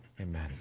Amen